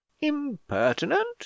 impertinent